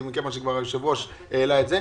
כי היושב-ראש כבר העלה את זה.